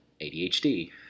ADHD